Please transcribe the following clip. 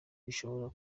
bishobora